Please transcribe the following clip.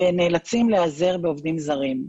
ונאלצים להיעזר בעובדים זרים.